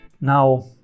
now